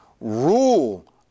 rule